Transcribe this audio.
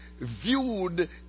viewed